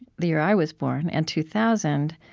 the year i was born, and two thousand,